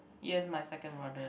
yes my second brother